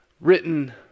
written